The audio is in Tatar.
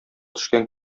төшкән